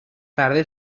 tarde